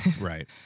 right